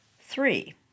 Three